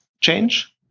change